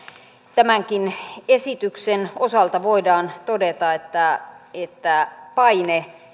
tämänkin esityksen osalta voidaan todeta että että paine